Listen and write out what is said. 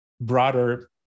broader